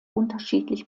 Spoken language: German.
unterschiedlich